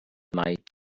night